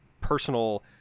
personal